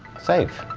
save